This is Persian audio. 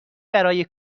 برای